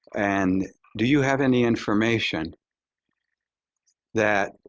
and do you have any information that